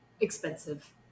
expensive